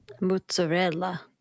Mozzarella